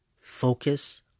Focus